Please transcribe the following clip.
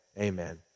amen